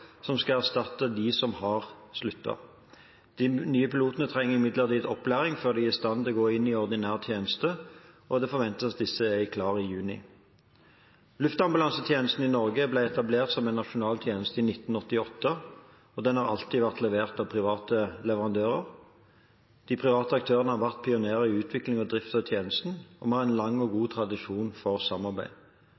som skal erstatte dem som har sluttet. De nye pilotene trenger imidlertid opplæring før de er i stand til å gå inn i ordinær tjeneste, og det forventes at disse er klare i juni. Luftambulansetjenesten i Norge ble etablert som en nasjonal tjeneste i 1988, og den har alltid vært levert av private leverandører. De private aktørene har vært pionerer i utvikling og drift av tjenesten, og vi har en lang og god